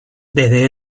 desde